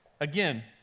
again